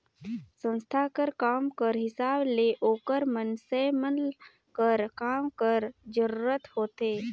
संस्था कर काम कर हिसाब ले ओकर मइनसे मन कर काम कर जरूरत होथे